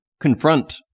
confront